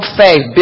faith